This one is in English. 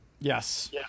Yes